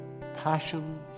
passion